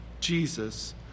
Jesus